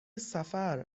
سفر